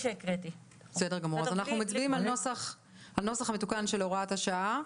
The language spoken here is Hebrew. אז אנחנו מצביעים על הנוסח המתוקן של הוראת השעה.